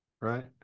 right